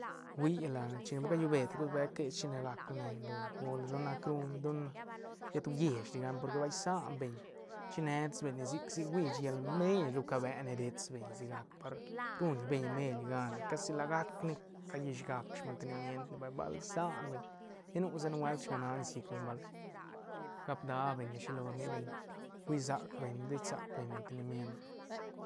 Hui la chine va callube de cos beche que si chine gac la ne lo göl don nac ru don shet uiesh di gacne porque ba isan beñ chine tis beñ ne sic- sic uich llal meil ru cabe ne dest beñ sigac par ruñ beñ meil gan casi la gac ne callish gac smantenimient ne bal- bal isan beñ lla nu sa nubuelt sga nansi llic ne bal gap da beñ ne shilo rni beñ hui sac beñ ne deisac beñ ne mantenimient ne.